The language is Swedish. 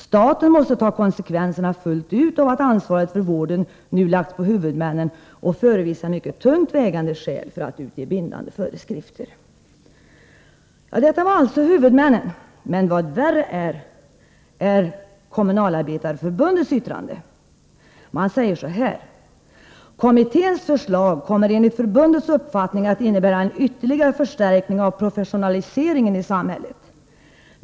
Staten måste ta konsekvenserna fullt ut av att ansvaret för vården nu lagts på huvudmännen och förevisa mycket tungt vägande skäl för att utge bindande föreskrifter.” Detta alltså om huvudmännen. Men värre är Kommunalarbetareförbundets yttrande. Man säger så här. ”Kommitténs förslag kommer enligt förbundets uppfattning att innebära en ytterligare förstärkning av professionaliseringen i samhället.